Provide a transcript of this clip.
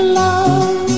love